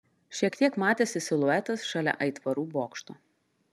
šiek tiek matėsi siluetas šalia aitvarų bokšto